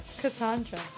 Cassandra